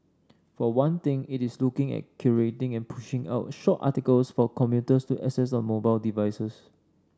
for one thing it is looking at curating and pushing out short articles for commuters to access on mobile devices